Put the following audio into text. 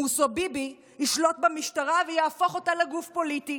מוסוביבי ישלוט במשטרה ויהפוך אותה לגוף פוליטי,